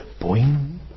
boing